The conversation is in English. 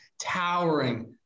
towering